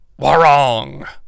Warong